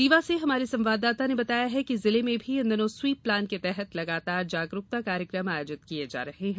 रीवा से हमारे संवाददाता ने बताया है कि जिले मे भी इन दिनों स्वीप प्लान के तहत लगातार जागरुकता कार्यक्रम आयोजित किये जा रहे हैं